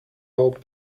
old